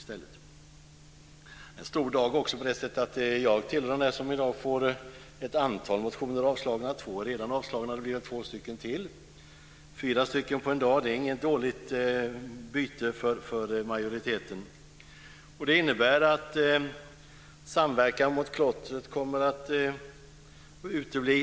Det är en stor dag också på så sätt att jag tillhör dem som får ett antal motioner avslagna. Två är redan avslagna, och det blir väl två till. Fyra avslagna motioner på en dag är inget dåligt byte för majoriteten. Det innebär att samverkan mot klottret kommer att utebli.